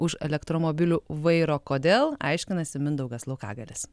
už elektromobilių vairo kodėl aiškinasi mindaugas laukagalis